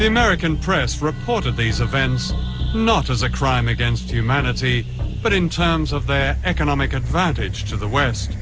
the american press reported these events not as a crime against humanity but in terms of their economic advantage to the west